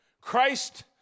Christ